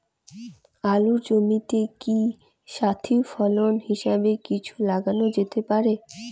আলুর জমিতে কি সাথি ফসল হিসাবে কিছু লাগানো যেতে পারে?